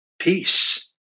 peace